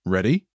Ready